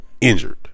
Injured